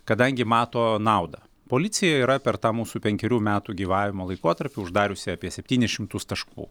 kadangi mato naudą policija yra per tą mūsų penkerių metų gyvavimo laikotarpį uždariusi apie septynis šimtus taškų